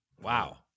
wow